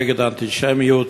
נגד האנטישמיות